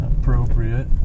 appropriate